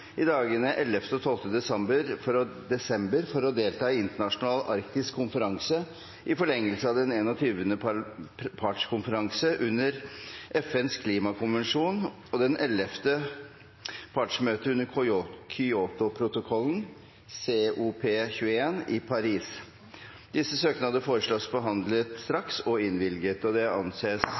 i dagene 11. og 12. desember for å delta i internasjonal arktisk konferanse i forlengelse av den 21. partskonferanse under FNs klimakonvensjon og det 11. partsmøte under Kyotoprotokollen – COP21 – i Paris. Etter forslag fra presidenten ble enstemmig besluttet: Søknadene behandles straks og